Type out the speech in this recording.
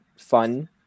fun